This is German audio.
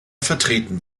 vertreten